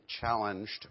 challenged